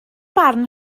barn